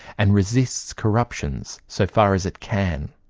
and resists corruptions so far as it can.